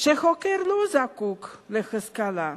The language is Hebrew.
שחוקר לא זקוק להשכלה,